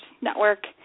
Network